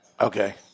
Okay